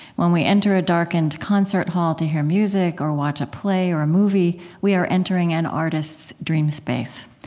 when we enter a darkened concert hall to hear music or watch a play or a movie, we are entering an artist's dream space,